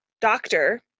doctor